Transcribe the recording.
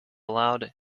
loud